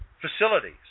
facilities